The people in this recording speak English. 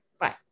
Right